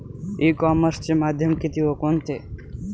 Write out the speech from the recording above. E कॉमर्सचे माध्यम किती व कोणते?